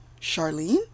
Charlene